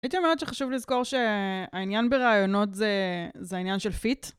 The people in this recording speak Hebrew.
הייתי אומרת שחשוב לזכור שהעניין בראיונות זה... זה העניין של פיט.